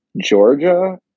Georgia